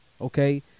okay